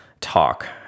talk